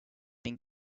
been